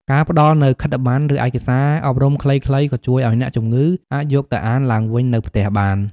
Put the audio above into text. ការផ្តល់នូវខិត្តប័ណ្ណ ឬឯកសារអប់រំខ្លីៗក៏ជួយឱ្យអ្នកជំងឺអាចយកទៅអានឡើងវិញនៅផ្ទះបាន។